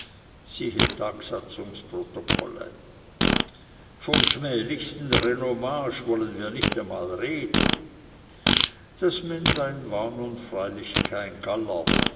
siehe tagsatzungsprotokolle vom schmählichsten renommage wollen wir nicht einmal reden das männlein war nun freilich kein st galler